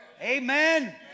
Amen